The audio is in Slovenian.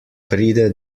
pride